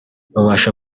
babasha